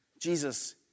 Jesus